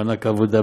מענק עבודה,